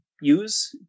use